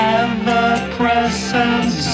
ever-present